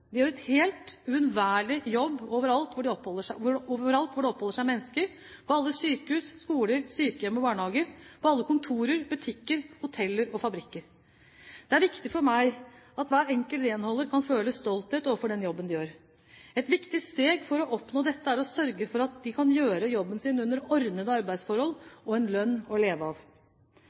overalt hvor det oppholder seg mennesker – på alle sykehus, skoler, sykehjem, i barnehager, på alle kontorer, i butikker, hoteller og fabrikker. Det er viktig for meg at hver enkelt renholder kan føle stolthet over den jobben de gjør. Et viktig steg for å oppnå dette er å sørge for at de kan gjøre jobben sin under ordnede arbeidsforhold, og at de har en lønn å leve av.